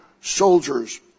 soldiers